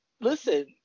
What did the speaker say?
listen